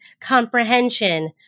comprehension